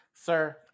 Sir